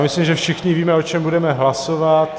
Myslím, že všichni víme, o čem budeme hlasovat.